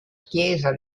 chiesa